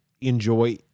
enjoy